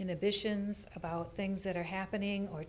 inhibitions about things that are happening or